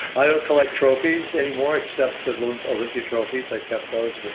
i don't collect trophies anymore, except the little olympia trophies. i kept those. but